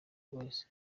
wese